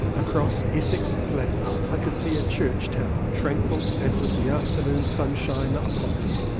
across essex flats i could see a church tower tranquil and with the afternoon sun shine upon it.